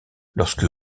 lorsque